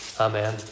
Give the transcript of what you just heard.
Amen